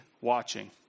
watching